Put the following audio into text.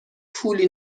پولی